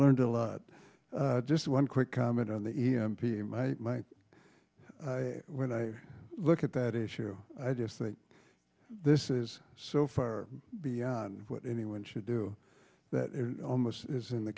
learned a lot just one quick comment on the e m p in my mind when i look at that issue i just think this is so far beyond what anyone should do that it almost is in the